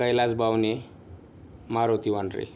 Kailas Bawane Maruti Wanare